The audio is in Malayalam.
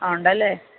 ആ ഉണ്ടല്ലേ